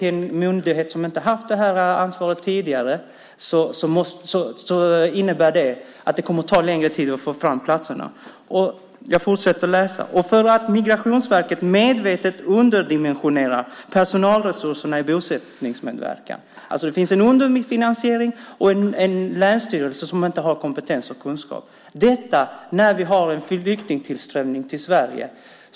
Vi var överens om, och det sade för övrigt integrationsministern själv, att det kommer att ta längre tid att få fram platserna när vi ger uppdraget till en myndighet som inte haft detta ansvar tidigare. Det finns också en underfinansiering och en länsstyrelse som inte har kompetens och kunskap - detta när vi har en oerhört hög flyktingtillströmning till Sverige.